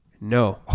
No